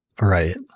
Right